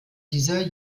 dieser